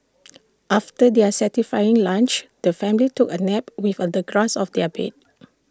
after their satisfying lunch the family took A nap with A the grass of their bed